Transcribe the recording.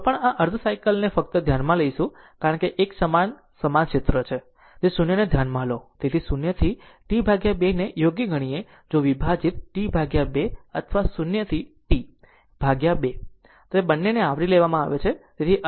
તો પણ આ અર્ધ સાયકલ ને ફક્ત ધ્યાનમાં લેશે કારણ કે આ એક સમાન સમાન ક્ષેત્ર છે જો 0 ને ધ્યાનમાં લો જો 0 થી T 2 ને યોગ્ય ગણીએ જો વિભાજિત T 2 અથવા 0 થી T વિભાજિત 2 તો તે બંનેને આવરી લેવામાં આવશે